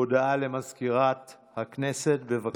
הודעה למזכירת הכנסת, בבקשה.